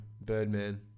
Birdman